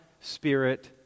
Spirit